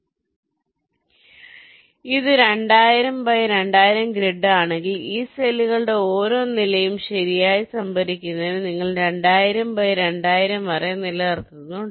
അതിനാൽ ഇത് 2000 by 2000 grid ആണെങ്കിൽ ഈ സെല്ലുകളുടെ ഓരോ നിലയും ശരിയായി സംഭരിക്കുന്നതിന് നിങ്ങൾ 2000 ബൈ 2000 അറേ നിലനിർത്തേണ്ടതുണ്ട്